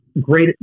great